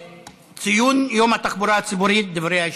ציון יום התחבורה הציבורית, דברי היושב-ראש: